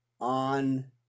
on